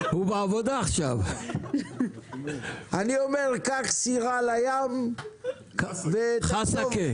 אני אומר: קח סירה לים וחתור,